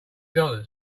dollars